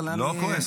אבל אני --- לא כועס,